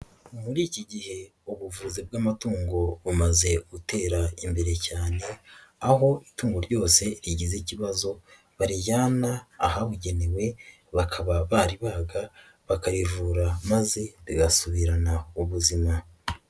Muri iki gihe ubuvuzi bw'amatungo bumaze gutera imbere cyane, aho itungo ryose rigize ikibazo barijyana ahabugenewe, bakaba baribaga, bakarivura maze rigasubirana ubuzima.